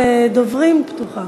רשימת הדוברים פתוחה.